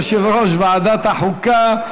יושב-ראש ועדת החוקה.